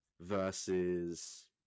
versus